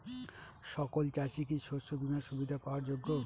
সকল চাষি কি শস্য বিমার সুবিধা পাওয়ার যোগ্য?